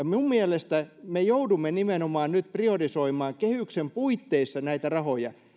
minun mielestäni me joudumme nimenomaan nyt priorisoimaan kehyksen puitteissa näitä rahoja